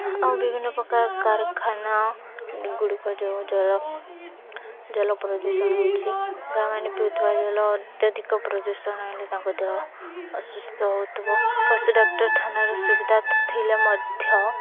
ଆଉ ବିଭିନ୍ନପ୍ରକାର କାରଖାନାଗୁଡ଼ିକ ଯେଉଁ ଜଳ ଜଳ ପ୍ରଦୂଷଣ ହେଉଛି ଗାଈମାନେ ପିଉଥିବା ଜଳ ଅତ୍ୟଧିକ ପ୍ରଦୂଷଣ ହେଲେ ତାଙ୍କ ଦେହ ଅସୁସ୍ଥ ହେଉଥିବ ପଶୁ ଡାକ୍ତରଖାନାରେ ସୁବିଧା ଥିଲେ ମଧ୍ୟ